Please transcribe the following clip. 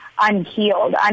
unhealed